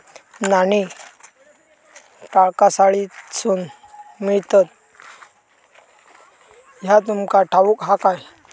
नाणी टांकसाळीतसून मिळतत ह्या तुमका ठाऊक हा काय